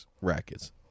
rackets